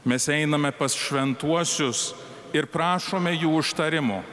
mes einame pas šventuosius ir prašome jų užtarimo